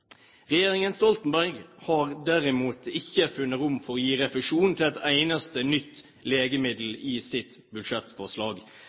Regjeringen Stoltenberg har derimot ikke funnet rom for å gi refusjon til et eneste nytt